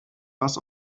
was